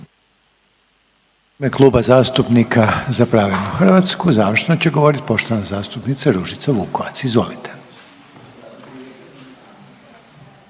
hvala.